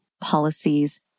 policies